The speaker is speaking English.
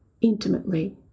intimately